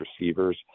receivers